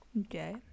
Okay